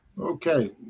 okay